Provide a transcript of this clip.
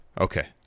Okay